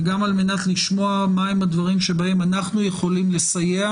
וגם על מנת לשמוע מה הם הדברים שבהם אנחנו יכולים לסייע